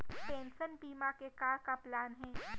Pension बीमा के का का प्लान हे?